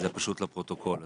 פשוט לפרוטוקול.